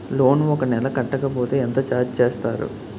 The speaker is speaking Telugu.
లోన్ ఒక నెల కట్టకపోతే ఎంత ఛార్జ్ చేస్తారు?